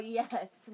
yes